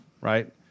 right